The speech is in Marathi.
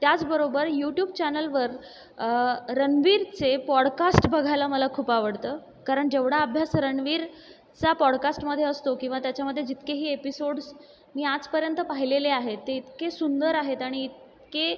त्याचबरोबर यूट्यूब चॅनेलवर रणवीरचे पॉडकास्ट बघायला मला खूप आवडतं कारण जेवढा अभ्यास रणवीरचा पॉडकास्टमध्ये असतो किंवा त्याच्यामधे जितकेही एपिसोड्स मी आजपर्यंत पाहिलेले आहेत ते इतके सुंदर आहेत आणि इतके